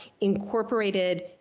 incorporated